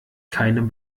keinem